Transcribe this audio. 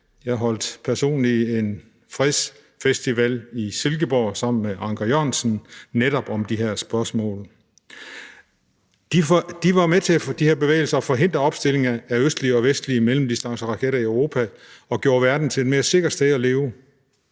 jeg holdt personligt en fredsfestival i Silkeborg sammen med Anker Jørgensen om netop de her spørgsmål – var med til at forhindre opstillingen af østlige og vestlige mellemdistanceraketter i Europa og gjorde verden til et mere sikkert sted at leve.